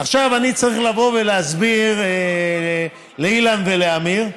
עכשיו אני צריך לבוא ולהסביר לאילן ולעמיר,